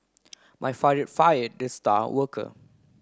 my father fired the star worker